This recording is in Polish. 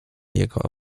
jego